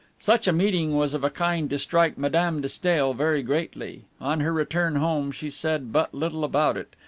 such a meeting was of a kind to strike madame de stael very greatly on her return home she said but little about it,